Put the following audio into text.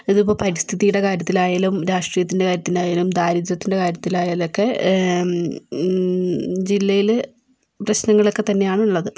ഇതിപ്പോൾ പരിസ്ഥിതീടെ കാര്യത്തിലായാലും രാഷ്ട്രീയത്തിൻ്റെ കാര്യത്തിനായാലും ദാരിദ്ര്യത്തിൻ്റെ കാര്യത്തിലായാലും ഒക്കെ ജില്ലയിൽ പ്രശ്നങ്ങളൊക്കെ തന്നെയാണുള്ളത്